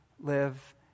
live